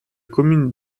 commune